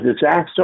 disaster